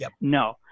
No